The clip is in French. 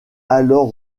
alors